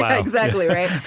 um exactly, right?